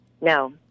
no